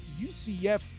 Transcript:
UCF